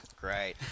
Great